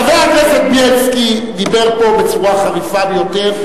חבר הכנסת בילסקי דיבר פה בצורה חריפה ביותר,